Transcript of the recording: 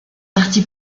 parti